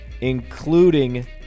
including